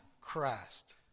Christ